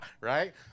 Right